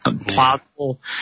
plausible